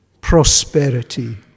prosperity